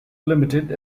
limited